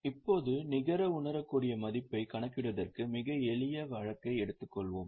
இப்போது நிகர உணரக்கூடிய மதிப்பைக் கணக்கிடுவதற்கு மிக எளிய வழக்கை எடுத்துக்கொள்வோம்